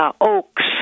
Oaks